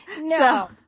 No